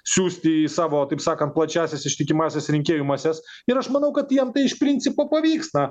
siųsti į savo taip sakant plačiąsias ištikimąsias rinkėjų mases ir aš manau kad jiem tai iš principo pavyks na